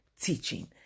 teaching